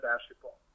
basketball